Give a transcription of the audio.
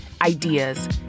ideas